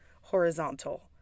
horizontal